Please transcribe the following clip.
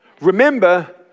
Remember